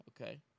Okay